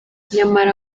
nyamara